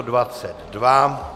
22.